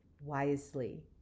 wisely